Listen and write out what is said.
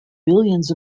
billions